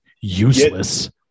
Useless